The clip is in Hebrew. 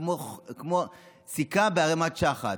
כמו סיכה בערמת שחת.